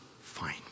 fine